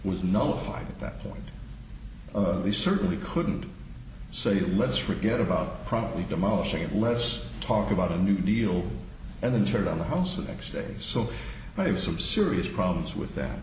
was notified that point they certainly couldn't say let's forget about promptly demolishing it less talk about a new deal and then turned on the house the next day so i have some serious problems with that